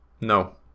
No